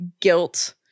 guilt